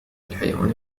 الحيوان